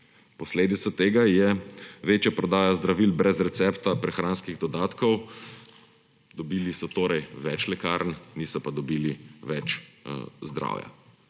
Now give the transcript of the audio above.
Posledica tega je večja prodaja zdravil brez recepta, prehranskih dodatkov. Dobili so torej več lekarn, niso pa dobili več zdravja.